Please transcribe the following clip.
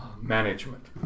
management